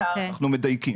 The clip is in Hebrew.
אחנו מדייקים.